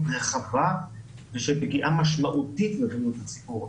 רחבה ושל פגיעה משמעותית בבריאות הציבור.